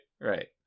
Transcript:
Right